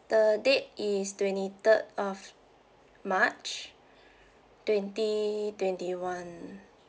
the date is twenty third of march twenty twenty one